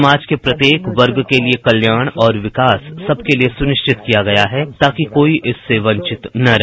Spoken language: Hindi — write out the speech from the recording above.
समाज के प्रत्येक वर्ग के लिए कल्याण और विकास सबके लिए सुनिश्चित किया गया है ताकि कोई इससे वंचित न रहे